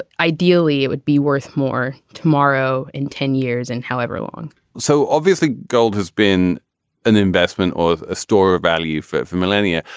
ideally it would be worth more tomorrow in ten years and however long so obviously gold has been an investment or a store of value for it for millennia.